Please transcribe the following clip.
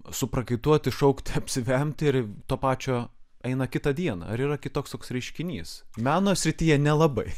suprakaituoti šaukti apsivemti ir to pačio eina kitą dieną ar yra kitoks toks reiškinys meno srityje nelabai